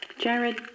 Jared